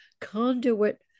conduit